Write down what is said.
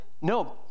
no